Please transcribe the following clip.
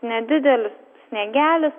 nedidelis sniegelis